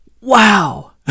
Wow